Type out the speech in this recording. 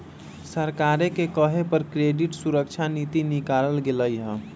सरकारे के कहे पर क्रेडिट सुरक्षा नीति निकालल गेलई ह